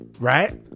right